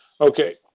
Okay